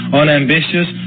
unambitious